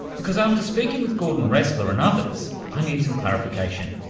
because after speaking with gordon roesler and others i need some clarification.